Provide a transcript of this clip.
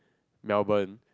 Melbourne